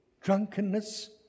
drunkenness